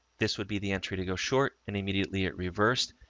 this would be the entry to go short and immediately it reversed.